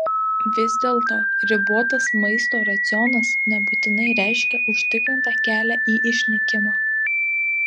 vis dėlto ribotas maisto racionas nebūtinai reiškia užtikrintą kelią į išnykimą